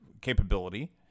capability